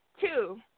Two